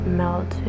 melt